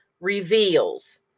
reveals